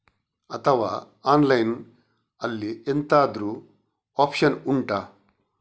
ಅಥವಾ ಆನ್ಲೈನ್ ಅಲ್ಲಿ ಎಂತಾದ್ರೂ ಒಪ್ಶನ್ ಉಂಟಾ